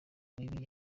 mibi